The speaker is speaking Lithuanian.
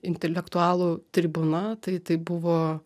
intelektualų tribūna tai tai buvo